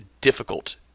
difficult